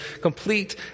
complete